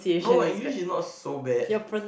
no my English is not so bad